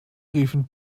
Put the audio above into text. riefen